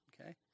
okay